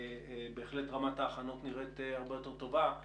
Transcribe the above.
בהחלט רמת ההכנות נראית הרבה יותר טובה,